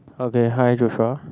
okay hi Joshua